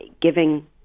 giving